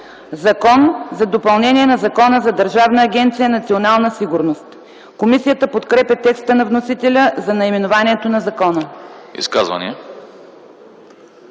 „Закон за допълнение на Закона за Държавна агенция „Национална сигурност”.” Комисията подкрепя текста на вносителя за наименованието на закона. ПРЕДСЕДАТЕЛ